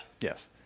Yes